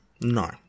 no